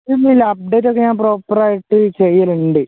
ഇല്ല ഇല്ല അപ്ഡേറ്റൊക്കെ ഞാന് പ്രോപ്പറായിട്ട് ചെയ്യാറുണ്ട്